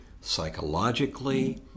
psychologically